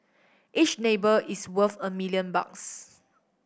each neighbour is worth a million bucks